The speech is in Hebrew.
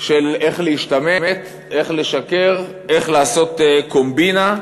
של איך להשתמט, איך לשקר, איך לעשות קומבינה,